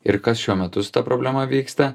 ir kas šiuo metu su ta problema vyksta